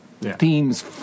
themes